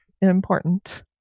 important